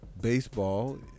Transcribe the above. baseball